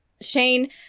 Shane